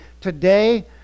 today